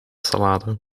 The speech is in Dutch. salade